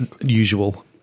usual